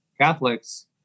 Catholics